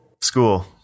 school